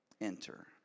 enter